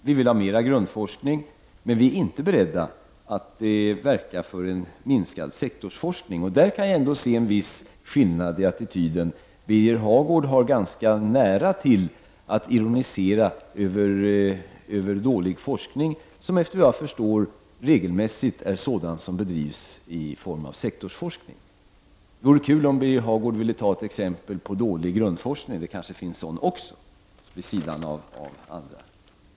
Vi vill ha mer grundforskning, men vi är inte beredda att verka för en minskad sektorsforskning. Där kan jag ändå se en viss skillnad i attityden. Birger Hagård har ganska nära till att ironisera över dålig forskning som, såvitt jag förstår, regelmässigt är sådan som bedrivs i form av sektorsforskning. Det vore skojigt om Birger Hagård kunde ge ett exempel på dålig grundforskning. Det finns kanske sådan också.